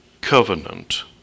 covenant